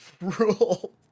rule